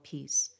Peace